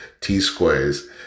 T-squares